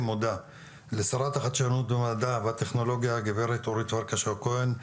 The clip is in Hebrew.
מודה לשרת החדשנות מדע והטכנולוגיה גברת אורית פרקש הכהן,